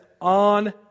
on